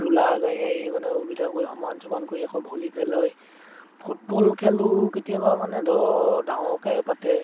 ruler গাড়ী আহি মানে সুবিধা কৰি সমান চমান কৰি আকৌ ভলী খেল হয় ফুটবল খেলোঁ কেতিয়াবা মানে ধৰ ডাঙৰকৈ পাতে